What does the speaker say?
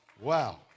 Wow